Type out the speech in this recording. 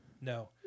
No